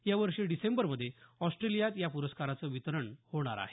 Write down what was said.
यावर्षी डिसेंबरमध्ये ऑस्ट्रेलियात या प्रस्काराचं वितरण होणार आहे